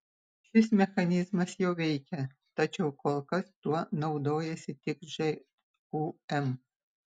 šis mechanizmas jau veikia tačiau kol kas tuo naudojasi tik žūm